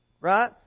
right